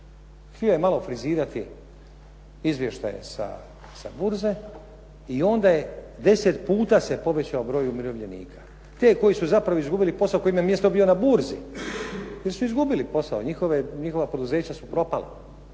Htio je malo frizirati izvještaj sa burze i onda 10 puta se povećao broj umirovljenika, te koji su zapravo izgubili posao kojima je mjesto bilo na burzi, jer su izgubili posao. Njihova poduzeća su propala.